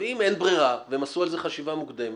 אבל אם אין ברירה והם עשו על זה חשיבה מוקדמת,